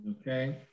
Okay